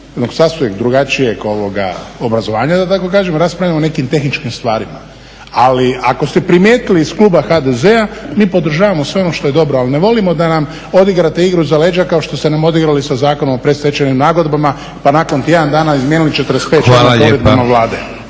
jednog sasvim drugačijeg obrazovanja da tako kažem raspravljamo o nekim tehničkim stvarima. Ali ako ste primijetili iz kluba HDZ-a mi podržavamo sve ono što je dobro. Ali ne volimo da nam odigrate igru iza leđa kao što ste nam odigrali sa Zakonom o predstečajnim nagodbama pa nakon tjedan dana izmijenili 45 članaka odredbama Vlade.